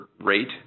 rate